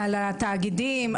עובדים זרים בסיעוד.